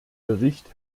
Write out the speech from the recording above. bericht